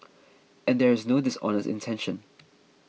and there is no dishonest intention